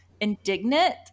indignant